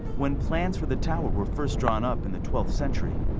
when plans for the tower were first drawn up in the twelfth century,